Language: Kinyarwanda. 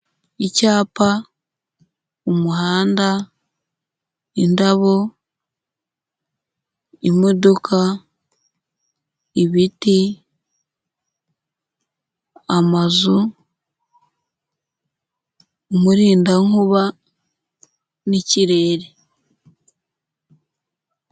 Icyapa, umuhanda, indabo, imodoka, ibiti, amazu, umurindankuba n'ikirere.